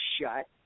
shut